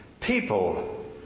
People